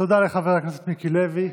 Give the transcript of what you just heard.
תודה לחבר הכנסת מיקי לוי.